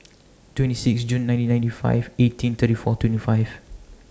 twenty six June nineteen ninety five eighteen thirty four twenty five